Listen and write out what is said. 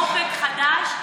אופק חדש.